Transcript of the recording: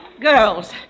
Girls